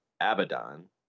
Abaddon